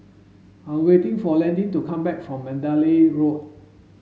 I'm waiting for Landin to come back from Mandalay Road